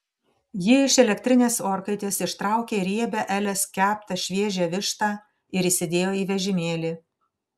ji iš elektrinės orkaitės ištraukė riebią elės keptą šviežią vištą ir įsidėjo į vežimėlį